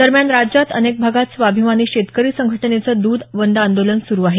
दरम्यान राज्यात अनेक भागात स्वाभिमानी शेतकरी संघटनेचं द्ध बंद आंदोलन सुरु आहे